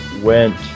went